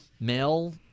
male